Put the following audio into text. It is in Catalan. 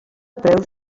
preus